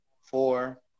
Four